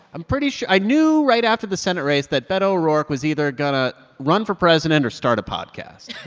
i'm pretty sure i knew right after the senate race that beto o'rourke was either going to run for president or start a podcast.